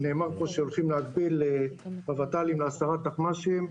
נאמר פה שהולכים להגביל בות"לים לעשרה תחמ"שים.